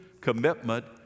commitment